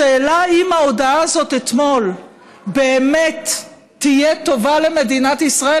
השאלה אם ההודעה הזאת אתמול באמת תהיה טובה למדינת ישראל